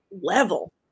level